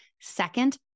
Second